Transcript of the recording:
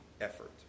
effort